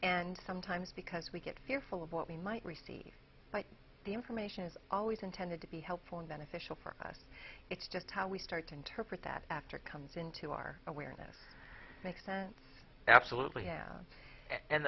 and sometimes because we get fearful of what we might receive the information is always intended to be helpful and beneficial for us it's just how we start can turn that after comes into our awareness make sense absolutely yeah and